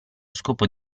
scopo